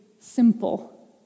simple